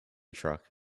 truck